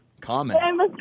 comment